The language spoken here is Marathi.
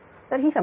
तर ही समस्या